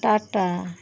Tata